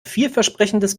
vielversprechendes